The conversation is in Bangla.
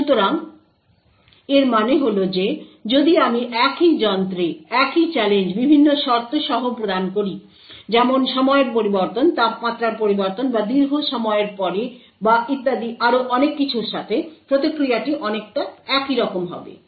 সুতরাং এর মানে হল যে যদি আমি একই যন্ত্রে একই চ্যালেঞ্জ বিভিন্ন শর্ত সহ প্রদান করি যেমন সময়ের পরিবর্তন তাপমাত্রার পরিবর্তন বা দীর্ঘ সময়ের পরে বা ইত্যাদি আরও অনেক কিছুর সাথে প্রতিক্রিয়াটি অনেকটা একই রকম হবে